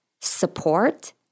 support